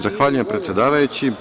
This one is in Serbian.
Zahvaljujem, predsedavajući.